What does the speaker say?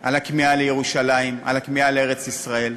על הכמיהה לירושלים, על הכמיהה לארץ-ישראל,